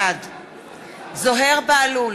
בעד זוהיר בהלול,